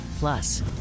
Plus